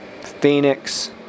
Phoenix